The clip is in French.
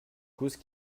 cause